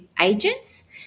agents